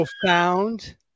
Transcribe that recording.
profound